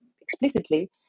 explicitly